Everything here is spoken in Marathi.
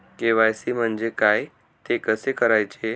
के.वाय.सी म्हणजे काय? ते कसे करायचे?